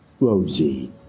Rosie